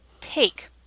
take